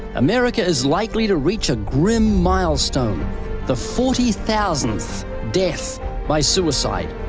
america is likely to reach a grim milestone the forty thousandth death by suicide,